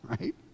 Right